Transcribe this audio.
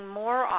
more